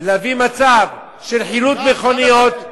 להביא מצב של חילוט מכוניות,